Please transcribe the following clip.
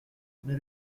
mais